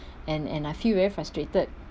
and and I feel very frustrated